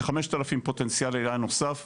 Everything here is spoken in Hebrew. כ-5,000 פוטנציאל עלייה נוסף,